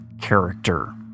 character